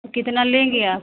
कितना लेंगी आप